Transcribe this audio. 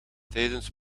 tijdens